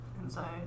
Inside